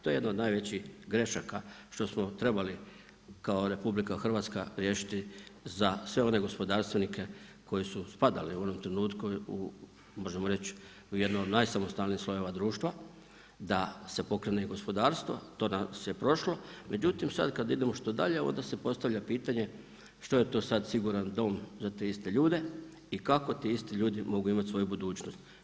To je jedno od najvećih grešaka što smo trebali kao RH riješiti za sve one gospodarstvenike koju spadali u onom trenutku u možemo reći, u jednom od najsamostalnijih slojeva društva da se pokrene gospodarstvo, to nas je prošlo, međutim sad kad idemo što dalje onda se postavlja pitanje što je to sad siguran dom za te iste ljude i kako ti isti ljudi mogu imati svoju budućnost?